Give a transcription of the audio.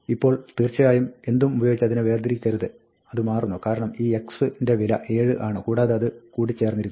ഇപ്പോൾ തീർച്ചയായും എന്തും ഉപയോഗിച്ച് അതിനെ വേർതിരിക്കരുത് അത് മാറുന്നു കാരണം ഈ x ന്റെ വില 7 ആണ് കൂടാതെ ഇത് കൂടിച്ചേർന്നിരിക്കും